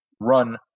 run